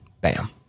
bam